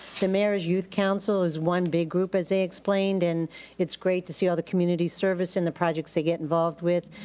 mayor's youth council is one big group as they explained and it's great to see all the community service and the projects they get involved with.